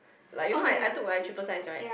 like you know I I took like triple science right